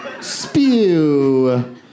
Spew